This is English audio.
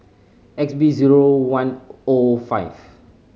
X B zero one O five